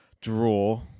draw